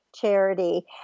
Charity